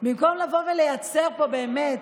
במקום לייצר פה באמת